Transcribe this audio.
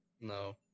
No